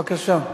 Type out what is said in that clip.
בבקשה.